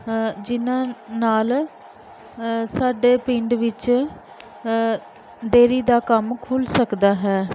ਜਿਨ੍ਹਾਂ ਨਾਲ ਸਾਡੇ ਪਿੰਡ ਵਿੱਚ ਡੇਅਰੀ ਦਾ ਕੰਮ ਖੁੱਲ੍ਹ ਸਕਦਾ ਹੈ